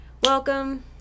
Welcome